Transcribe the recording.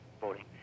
voting